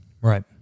Right